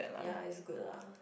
ya it's good lah